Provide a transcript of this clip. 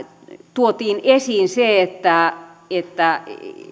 tuotiin esiin se että